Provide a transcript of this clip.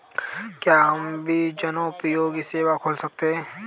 क्या हम भी जनोपयोगी सेवा खोल सकते हैं?